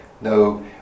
No